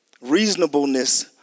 Reasonableness